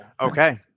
Okay